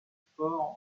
sport